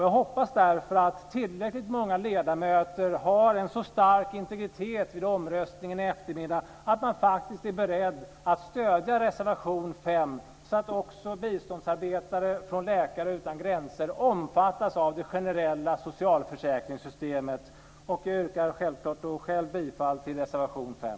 Jag hoppas därför att tillräckligt många ledamöter har en så stark integritet vid omröstningen i eftermiddag att de faktiskt är beredda att stödja reservation 5, så att också biståndsarbetare från Läkare utan gränser omfattas av det generella socialförsäkringssystemet. Jag yrkar självklart bifall till reservation 5.